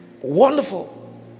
Wonderful